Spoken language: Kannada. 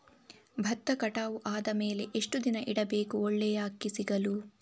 ಭತ್ತ ಕಟಾವು ಆದಮೇಲೆ ಎಷ್ಟು ದಿನ ಇಡಬೇಕು ಒಳ್ಳೆಯ ಅಕ್ಕಿ ಸಿಗಲು?